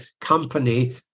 company